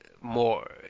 more